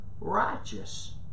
righteous